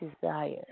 desire